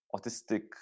autistic